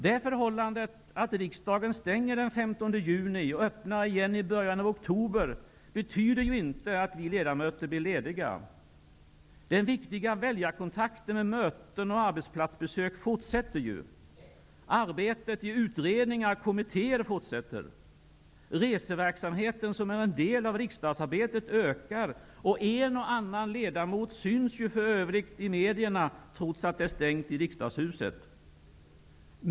Det förhållandet, att riksdagen stänger den 15 juni och öppnar igen i början av oktober, betyder ju inte att vi ledamöter blir lediga. De viktiga väljarkontakterna med möten och arbetsplatsbesök fortsätter ju. Arbetet i utredningar och kommittéer fortsätter. Reseverksamheten, som är en del av riksdagsarbetet, ökar, och en och annan ledamot syns och hörs ju för övrigt i medierna, trots att det är stängt i riksdagshuset.